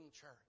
church